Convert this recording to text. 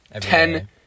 ten